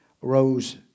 rose